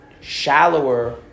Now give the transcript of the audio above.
shallower